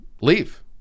leave